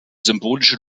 symbolische